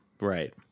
Right